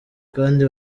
kandi